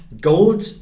gold